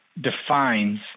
defines